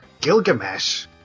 Gilgamesh